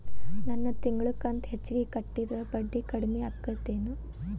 ನನ್ ತಿಂಗಳ ಕಂತ ಹೆಚ್ಚಿಗೆ ಕಟ್ಟಿದ್ರ ಬಡ್ಡಿ ಕಡಿಮಿ ಆಕ್ಕೆತೇನು?